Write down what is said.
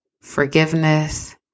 forgiveness